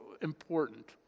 important